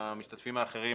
והמשתתפים האחרים